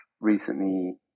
recently